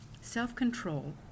self-control